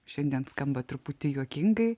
šiandien skamba truputį juokingai